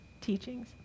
teachings